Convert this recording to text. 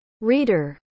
reader